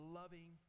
loving